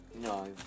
No